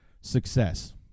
success